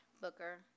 Booker